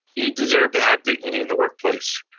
you deserve to have dignity in the workplace.